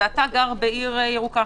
ואתה גר בעיר ירוקה,